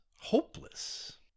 hopeless